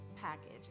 package